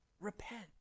Repent